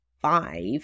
five